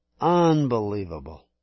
Unbelievable